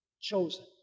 chosen